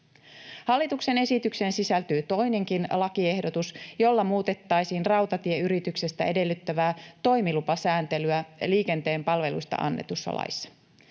Hallituksen esitykseen sisältyy toinenkin lakiehdotus, jolla muutettaisiin rautatieyrityksen edellyttämää toimilupasääntelyä liikenteen palveluista annetussa laissa.